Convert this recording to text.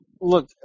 Look